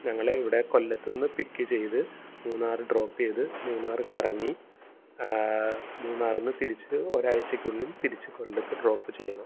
ഞങ്ങളെ ഇവിടെ കൊല്ലത്തുനിന്ന് പിക്ക് ചെയ്ത് മൂന്നാറില് ഡ്രോപ്പ് ചെയ്ത് മൂന്നാർ കറങ്ങി മൂന്നാറില്നിന്ന് തിരിച്ച് ഒരാഴ്ചക്കുള്ളിൽ തിരിച്ച് കൊല്ലത്ത് ഡ്രോപ്പ് ചെയ്യണം